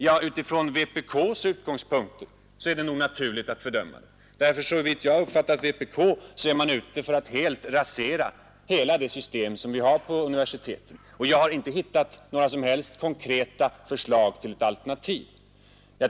Ja, från vpk:s utgångspunkter är det nog naturligt att göra det, ty såvitt jag uppfattat vpk:s ståndpunkt önskar man helt rasera det system som vi har på universiteten. Jag har inte funnit några som helst konkreta förslag till ett alternativ.